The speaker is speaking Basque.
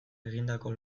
egindako